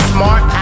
Smart